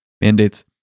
mandates